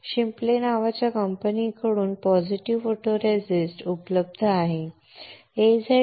Shipley नावाच्या कंपनीकडून positive photoresist उपलब्ध आहे